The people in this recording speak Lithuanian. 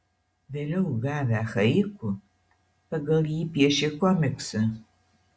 vėliau gavę haiku pagal jį piešė komiksą